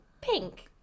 pink